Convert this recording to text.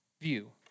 view